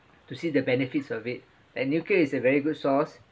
to see the benefits of it and nuclear is a very good source